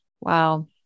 Wow